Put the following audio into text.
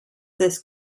this